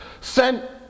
sent